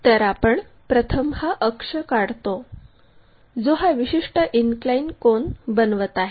तर आपण प्रथम हा एक अक्ष काढतो जो हा विशिष्ट इनक्लाइन कोन बनवत आहे